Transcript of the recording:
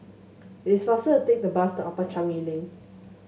it's faster to take the bus to Upper Changi Link